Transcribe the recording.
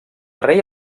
rei